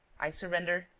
i surrender.